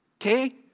Okay